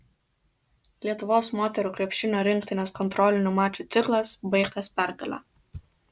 lietuvos moterų krepšinio rinktinės kontrolinių mačų ciklas baigtas pergale